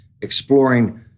exploring